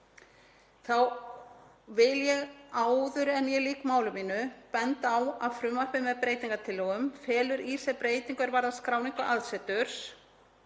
Þá vil ég áður en ég lýk máli mínu benda á að frumvarpið með breytingartillögum felur í sér breytingu er varðar skráningu aðseturs